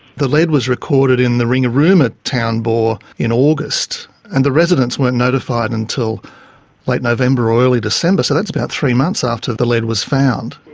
the lead was recorded in the ringarooma town bore in august and the residents weren't notified until late november or early december, so that's about three months after the lead was found.